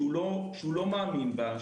שהוא לא מאמין בה,